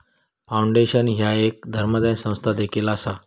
foundation ह्या एक धर्मादाय संस्था देखील असा